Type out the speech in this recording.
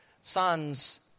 son's